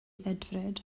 ddedfryd